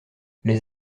les